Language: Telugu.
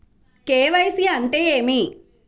కే.వై.సి అంటే ఏమి?